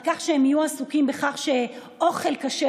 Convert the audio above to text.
על כך שהם יהיו עסוקים בכך שאוכל כשר